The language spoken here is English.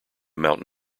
mount